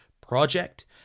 project